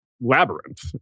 labyrinth